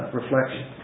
reflection